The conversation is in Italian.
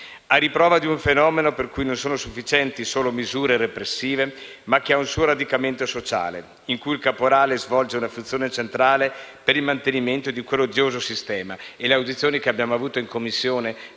a riprova di un fenomeno per cui non sono sufficienti solo misure repressive, ma che ha un suo radicamento sociale in cui il caporale svolge una funzione centrale per il mantenimento di quell'odioso sistema, come provato dalle audizioni che abbiamo svolto in Commissione.